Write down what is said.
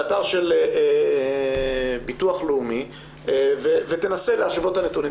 את האתר של ביטוח לאומי ותנסה להשוות את הנתונים.